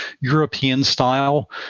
European-style